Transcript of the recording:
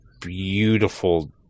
beautiful